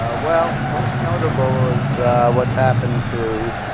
ah well most notable is what's happened to